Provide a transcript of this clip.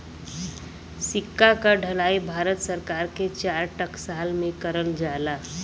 सिक्का क ढलाई भारत सरकार के चार टकसाल में करल जाला